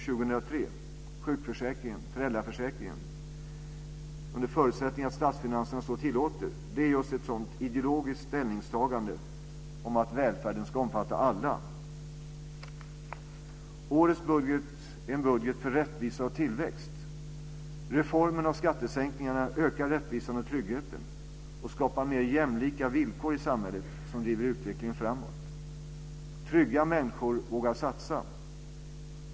under förutsättning att statsfinanserna så tillåter, är just ett sådant ideologiskt ställningstagande om att välfärden ska omfatta alla. Årets budget är en budget för rättvisa och tillväxt. Reformerna och skattesänkningarna ökar rättvisan och tryggheten och skapar mer jämlika villkor i samhället, något som driver utvecklingen framåt. Trygga människor vågar satsa.